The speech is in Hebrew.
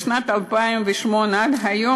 משנת 2008 עד היום,